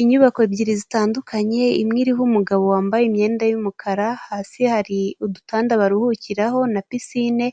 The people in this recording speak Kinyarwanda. Inyubako ebyiri zitandukanye, imwe iriho umugabo wambaye imyenda y'umukara, hasi hari udutanda baruhukiraho na pisine